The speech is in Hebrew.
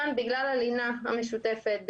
כאן בגלל הלינה המשותפת,